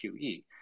QE